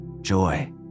joy